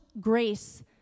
grace